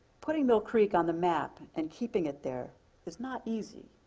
putting mill creek on the map and keeping it there is not easy,